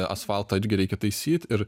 asfaltą irgi reikia taisyt ir